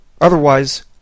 Otherwise